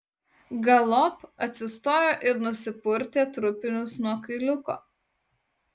galop atsistojo ir nusipurtė trupinius nuo kailiuko